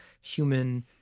human